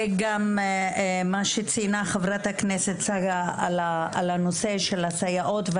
וגם מה שציינה חברת הכנסת צגה על הנושא של הסייעות.